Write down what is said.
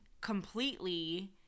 Completely